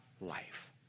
life